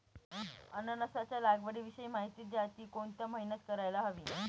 अननसाच्या लागवडीविषयी माहिती द्या, ति कोणत्या महिन्यात करायला हवी?